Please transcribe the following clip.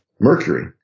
mercury